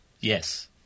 Yes